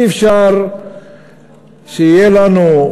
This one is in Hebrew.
אי-אפשר שיהיה לנו,